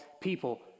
people